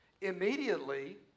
Immediately